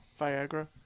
Viagra